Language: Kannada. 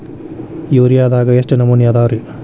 ಯೂರಿಯಾದಾಗ ಎಷ್ಟ ನಮೂನಿ ಅದಾವ್ರೇ?